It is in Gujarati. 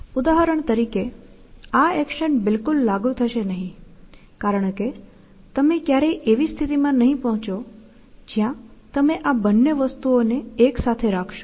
ઉદાહરણ તરીકે આ એક્શન બિલકુલ લાગુ થશે નહીં કારણ કે તમે ક્યારેય એવી સ્થિતિમાં નહીં પહોંચો જ્યાં તમે આ બંને વસ્તુઓને એકસાથે રાખશો